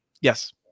yes